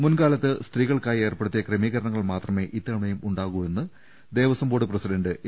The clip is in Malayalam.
മുൻകാലത്ത് സ്ത്രീകൾക്കായി ഏർപ്പെടുത്തിയ ക്രമീകരണങ്ങൾ മാത്രമേ ഇത്തവണയും ഉണ്ടാകു എന്ന് ദേവസ്വം പ്രസിഡന്റ് എ